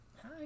Hi